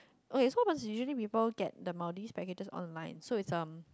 oh it's so people get the Maldives packages online so it's um